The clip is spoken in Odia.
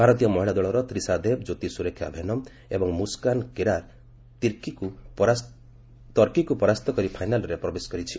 ଭାରତୀୟ ମହିଳା ଦଳର ତ୍ରୀସା ଦେବ୍ କ୍ୟୋତି ସୁରେଖା ଭେନମ୍ ଏବଂ ମୁସ୍କାନ କିରାର୍ ଟର୍କୀକୁ ପରାସ୍ତ କରି ଫାଇନାଲ୍ରେ ପ୍ରବେଶ କରିଛି